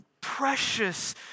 precious